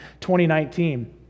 2019